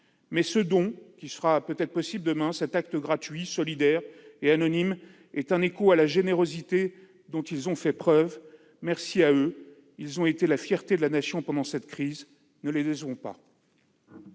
Ce don, qui sera peut-être possible demain, cet acte gratuit, solidaire et anonyme, est un écho à la générosité dont ils ont fait preuve. Merci à eux qui ont été la fierté de la Nation pendant cette crise. Ne les décevons pas